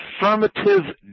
affirmative